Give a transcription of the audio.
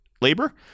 labor